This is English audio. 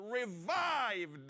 revived